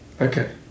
okay